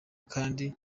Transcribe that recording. kandi